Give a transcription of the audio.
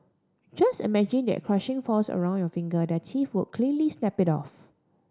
just imagine that crushing force around your finger their teeth would cleanly snap it off